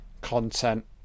content